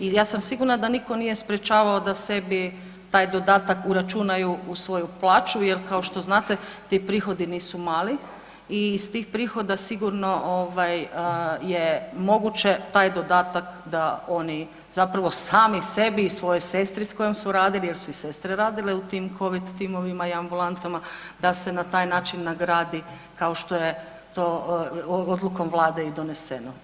I ja sam sigurno da nitko nije sprječavao da sebi taj dodatak uračunaju u svoju plaću jer kao što znate, ti prihodi nisu mali i iz tih prihoda sigurno je moguće taj dodatak da oni zapravo sami sebi i svojoj sestri s kojom su radili jer su i sestre radile u tim COVID timovima i ambulantama, da se na taj način nagradi kao što je to odlukom Vlade i doneseno.